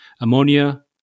ammonia